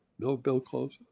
no bill close.